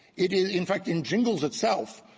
it in in fact, in gingles itself,